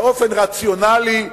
באופן רציונלי,